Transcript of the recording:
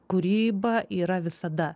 kūryba yra visada